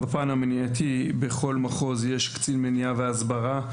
בפן המניעתי בכל מחוז יש קצין מניעה והסברה.